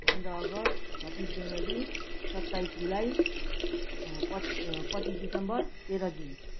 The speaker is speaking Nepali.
पन्ध्र अगस्त छब्बिस जनवरी सत्ताइस जुलाई पच पच्चिस दिसम्बर तेह्र जुन